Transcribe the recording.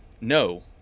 No